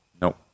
Nope